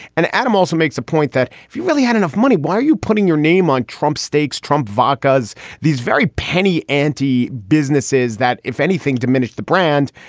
and adam also makes a point that if you really had enough money, why are you putting your name on trump steaks? trump vodka's these very penny ante businesses that, if anything, diminish the brand.